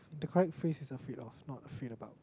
the correct phrase is afraid of not afraid about